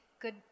good